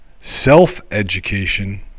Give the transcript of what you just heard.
self-education